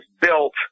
built